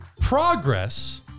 progress